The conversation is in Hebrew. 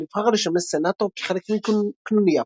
הנבחר לשמש סנאטור כחלק מקנוניה פוליטית.